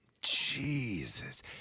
jesus